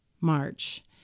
March